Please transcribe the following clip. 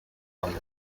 comic